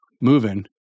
moving